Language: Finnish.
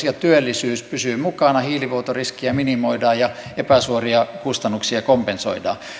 ja työllisyytemme pysyy mukana hiilivuotoriskiä minimoidaan ja epäsuoria kustannuksia kompensoidaan